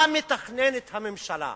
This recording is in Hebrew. מה מתכננת הממשלה?